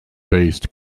based